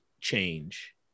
change